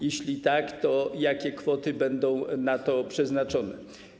Jeśli tak, to jakie kwoty będą na to przeznaczone?